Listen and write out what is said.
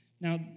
Now